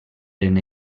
eren